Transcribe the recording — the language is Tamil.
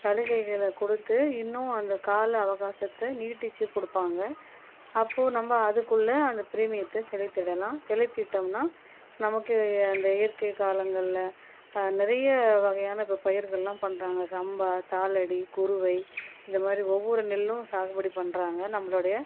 சலுகைகளை கொடுத்து இன்னும் அந்த கால அவகாசத்தை நீட்டித்து கொடுப்பாங்க அப்போது நம்ம அதுக்குள்ளே அந்த ப்ரீமியத்தை செலுத்திடலாம் செலுத்திவிட்டோம்னா நமக்கு அந்த இயற்கை காலங்களில் நிறைய வகையான இப்போ பயிர்கள்லாம் பண்ணுறாங்க சம்பா தாலடி குருவை இந்தமாதிரி ஒவ்வொரு நெல்லும் சாகுபடி பண்ணுறாங்க நம்மளுடைய